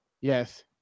Yes